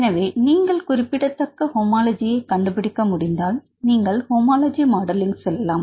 எனவே நீங்கள் குறிப்பிடத்தக்க ஹோமோலஜியைக் கண்டுபிடிக்க முடிந்தால் நீங்கள் ஹோமோலஜி மாடலிங் செல்லலாம்